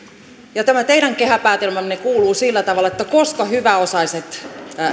tämä teidän kehäpäätelmänne kuuluu sillä tavalla että koska hyväosaiset